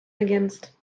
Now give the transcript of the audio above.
ergänzt